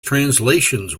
translations